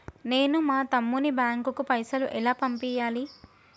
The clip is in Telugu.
నేను మా తమ్ముని బ్యాంకుకు పైసలు ఎలా పంపియ్యాలి?